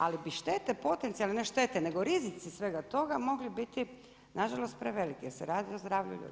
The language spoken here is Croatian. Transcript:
Ali bi štete potencijalne, ne štete nego rizici svega toga mogli biti nažalost preveliki jer se radi o zdravlju ljudi.